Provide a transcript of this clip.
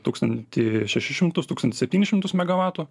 tūkstantį šešis šimtus tūkstantį septynis šimtus megavatų